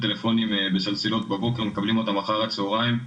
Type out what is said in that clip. את הטלפונים הניידים שלנו בסלסילה ומקבלים אותם רק אחר הצהריים.